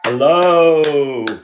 hello